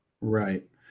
Right